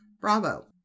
Bravo